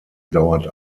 dauert